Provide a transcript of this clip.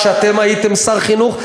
כשלכם היה שר חינוך,